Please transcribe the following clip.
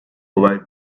olay